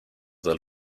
del